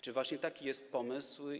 Czy właśnie taki jest pomysł?